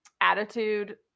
attitude